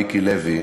מיקי לוי,